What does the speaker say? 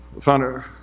founder